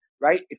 right